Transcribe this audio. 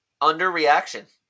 underreaction